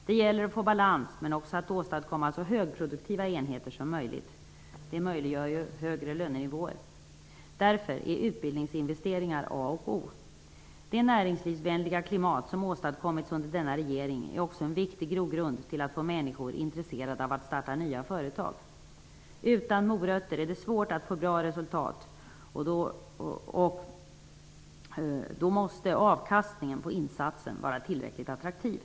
Det gäller att nå balans men också att åstadkomma så högproduktiva enheter som möjligt. Det möjliggör ju högre lönenivåer. Därför är utbildningsinvesteringar A och O. Det näringslivsvänliga klimat som åstadkommits under denna regerings tid är också en viktig grogrund till att få människor intresserade av att starta nya företag. Utan morötter är det svårt att få bra resultat. Då måste avkastningen på insatsen vara tillräckligt attraktiv.